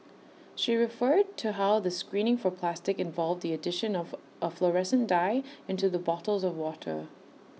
she referred to how the screening for plastic involved the addition of A fluorescent dye into the bottles of water